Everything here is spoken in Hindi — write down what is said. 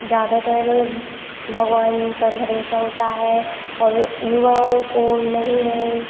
ज़्यादातर भगवान पर भरोसा होता है और युवाओं को नहीं है